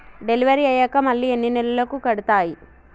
Delivery అయ్యాక మళ్ళీ ఎన్ని నెలలకి కడుతాయి?